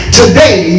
today